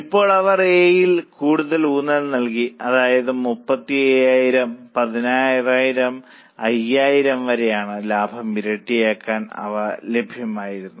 ഇപ്പോൾ അവർ എ യിൽ കൂടുതൽ ഊന്നൽ നൽകി അത് 35000 16000 മുതൽ 5000 വരെയാണ് ലാഭം ഇരട്ടിയാക്കാൻ അവ ലഭ്യമായിരുന്നു